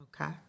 Okay